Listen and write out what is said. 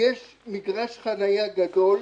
יש שם בחוץ מגרש חניה גדול,